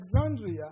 Alexandria